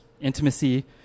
intimacy